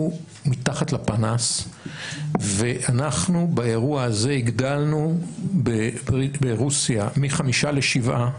מתחת לפנס ואנחנו באירוע הזה הגדלנו ברוסיה מחמישה לשבעה,